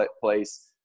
place